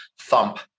Thump